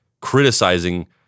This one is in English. criticizing